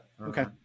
Okay